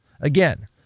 Again